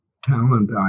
talent